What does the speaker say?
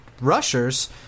rushers